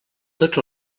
tots